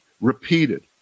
repeated